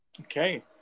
Okay